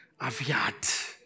Aviat